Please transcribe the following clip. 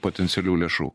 potencialių lėšų